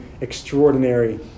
extraordinary